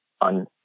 on